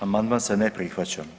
Amandman se ne prihvaća.